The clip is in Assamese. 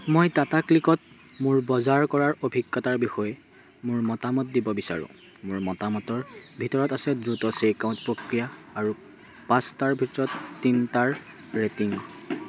মই টাটা ক্লিকত মোৰ বজাৰ কৰাৰ অভিজ্ঞতাৰ বিষয়ে মোৰ মতামত দিব বিচাৰোঁ মোৰ মতামতৰ ভিতৰত আছে দ্ৰুত চেক আউট প্ৰক্ৰিয়া আৰু পাঁচটাৰ ভিতৰত তিনতাৰ ৰেটিং